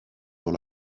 dans